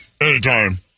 Anytime